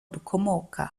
dukomoka